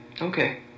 Okay